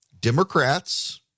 Democrats